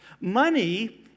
Money